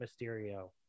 Mysterio